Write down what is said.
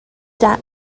that